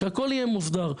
שהכול יהיה מוסדר.